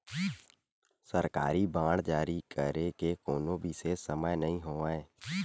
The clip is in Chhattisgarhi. सरकारी बांड जारी करे के कोनो बिसेस समय नइ होवय